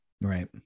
Right